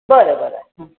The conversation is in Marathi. बरं बरं हं